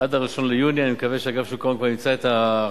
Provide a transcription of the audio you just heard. עד 1 ביוני אני מקווה שאגף שוק ההון כבר ימצא את החלופות